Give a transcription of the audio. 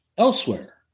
Elsewhere